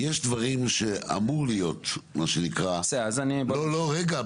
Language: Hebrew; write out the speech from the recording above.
יש דברים שאמורים להיות, מה שנקרא, בתכנון.